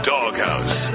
Doghouse